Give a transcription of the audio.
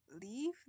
leave